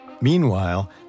Meanwhile